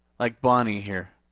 like bonnie here.